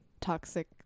toxic